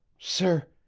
sir.